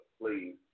please